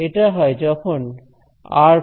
এটা হয় যখন r′ ∈ V 2